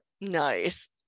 nice